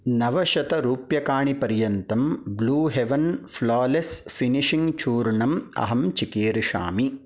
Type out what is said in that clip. नवशतरूप्यकाणिपर्यन्तं blue heaven flawless finishing चूर्णम् अहं चिकीर्षामि